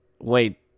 Wait